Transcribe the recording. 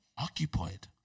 Occupied